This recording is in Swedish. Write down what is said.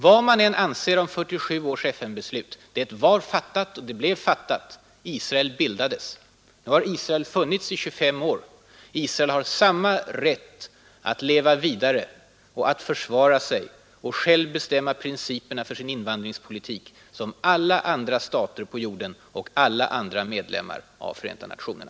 Vad man än anser om 1947 års FN-beslut: det blev fattat, Israel bildades. Nu har Israel funnits i 25 år. Israel har samma rätt att leva vidare, att försvara sig och självt bestämma principerna för sin invandringspolitik som alla andra stater på jorden och alla andra medlemmar av Förenta nationerna.